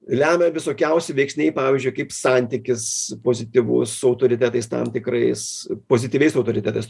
lemia visokiausi veiksniai pavyzdžiui kaip santykis pozityvus su autoritetais tam tikrais pozityviais autoritetas